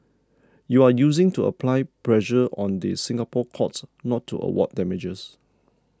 you are using to apply pressure on the Singapore courts not to award damages